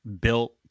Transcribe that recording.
built